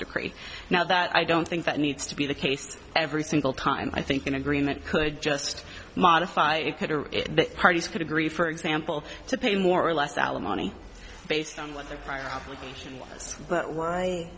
decree now that i don't think that needs to be the case every single time i think an agreement could just modify it the parties could agree for example to pay more or less alimony based on what the complication is but why